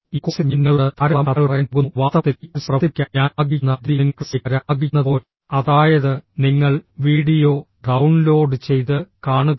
ഈ കോഴ്സിൽ ഞാൻ നിങ്ങളോട് ധാരാളം കഥകൾ പറയാൻ പോകുന്നു വാസ്തവത്തിൽ ഈ കോഴ്സ് പ്രവർത്തിപ്പിക്കാൻ ഞാൻ ആഗ്രഹിക്കുന്ന രീതി നിങ്ങൾ ക്ലാസിലേക്ക് വരാൻ ആഗ്രഹിക്കുന്നതുപോലെ അതായത് നിങ്ങൾ വീഡിയോ ഡൌൺലോഡ് ചെയ്ത് കാണുക